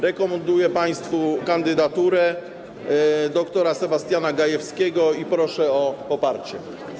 Rekomenduję państwu kandydaturę dr. Sebastiana Gajewskiego i proszę o jej poparcie.